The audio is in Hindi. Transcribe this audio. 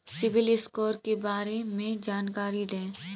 सिबिल स्कोर के बारे में जानकारी दें?